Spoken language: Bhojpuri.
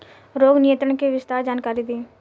रोग नियंत्रण के विस्तार जानकारी दी?